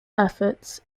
efforts